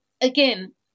again